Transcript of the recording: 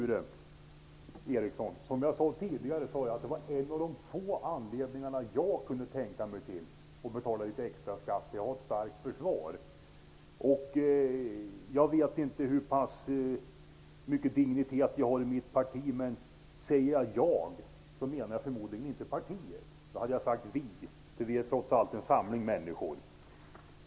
Herr talman! Som jag tidigare sade: En av de få anledningarna till att jag kunde tänka mig att betala litet extra skatt var ett starkt försvar. Jag vet inte hur pass stor dignitet jag har i mitt parti, men om jag säger jag så menar jag inte partiet. I så fall hade jag sagt vi, för vi är trots allt en samling människor.